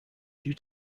due